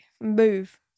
move